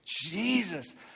Jesus